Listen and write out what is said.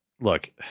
look